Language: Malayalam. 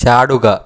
ചാടുക